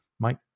Mike